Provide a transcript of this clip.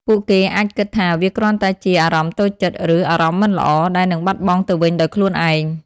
ពួកគេអាចគិតថាវាគ្រាន់តែជា "អារម្មណ៍តូចចិត្ត" ឬ "អារម្មណ៍មិនល្អ" ដែលនឹងបាត់ទៅវិញដោយខ្លួនឯង។